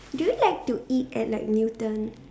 do you like to eat at like Newton